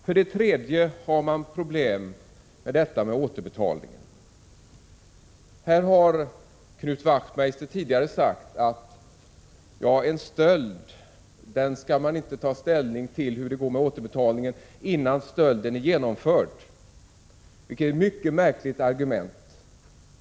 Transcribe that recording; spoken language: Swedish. För det tredje har man problem med återbetalningen. Knut Wachtmeister har tidigare sagt att vid en stöld skall man inte ta ställning till hur det går med återbetalningen förrän stölden är genomförd. Det är ett mycket märkligt argument.